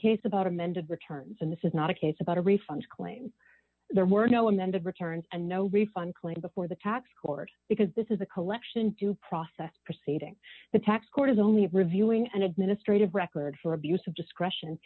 case about amended returns and this is not a case about a refund claim there were no amended returns and no refund claim before the tax court because this is a collection due process proceeding the tax court is only reviewing an administrative record for abuse of discretion